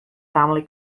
family